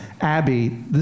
Abby